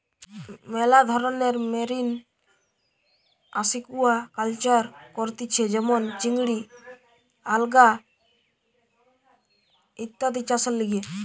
মেলা ধরণের marine aquaculture করতিছে যেমন চিংড়ি, আলগা ইত্যাদি চাষের লিগে